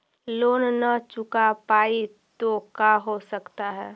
Loan न चुका पाई तो का हो सकता है?